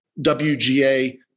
WGA